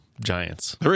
Giants